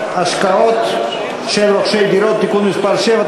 השקעות של רוכשי דירות) (תיקון מס' 7),